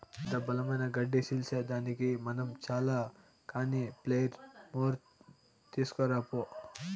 ఇంత బలమైన గడ్డి సీల్సేదానికి మనం చాల కానీ ప్లెయిర్ మోర్ తీస్కరా పో